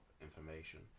information